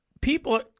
people –